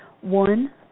one